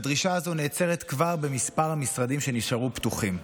הדרישה הזו נעצרת כבר במספר המשרדים שנשארו פתוחים.